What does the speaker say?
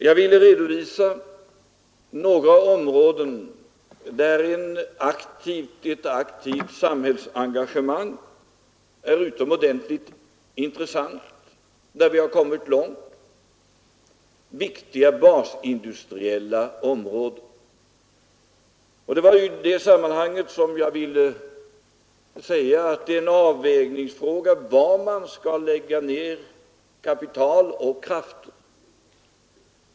Jag vill redovisa några områden där ett aktivt samhällsengagemang är utomordentligt intressant, områden där vi har kommit långt. Det är fråga om viktiga basindustriella områden. Det var ju i det sammanhanget som jag ville säga att det är en avvägningsfråga var man skall lägga ner kapital och krafter.